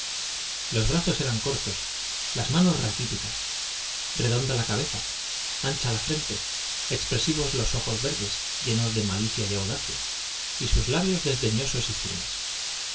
los brazos eran cortos las manos raquí ticas redonda la cabeza ancha la frente expresivos sus ojos verdes llenos de malicia y audacia y sus labios desdeñosos y firmes